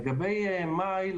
לגבי מאי,